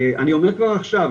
אני אומר כבר עכשיו,